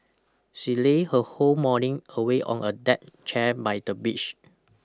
she lay her whole morning away on a deck chair by the beach